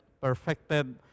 perfected